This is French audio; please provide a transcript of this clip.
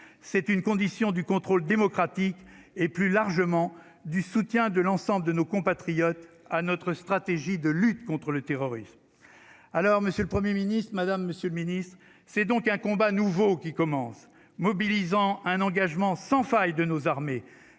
c'est une condition du contrôle démocratique et plus largement du soutien de l'ensemble de nos compatriotes à notre stratégie de lutte contre le terrorisme, alors Monsieur le 1er Ministre Madame Monsieur le Ministre, c'est donc un combat nouveau qui commence, mobilisant un engagement sans faille de nos armées,